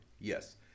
yes